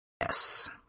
Yes